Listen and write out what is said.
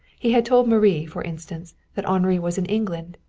he had told marie, for instance, that henri was in england,